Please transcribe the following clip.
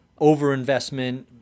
overinvestment